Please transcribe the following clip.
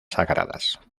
sagradas